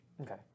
Okay